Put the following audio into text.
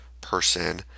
person